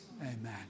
Amen